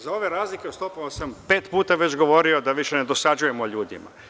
Za ove razlike o stopama sam pet puta već govorio, da više ne dosađujemo ljudima.